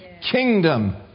kingdom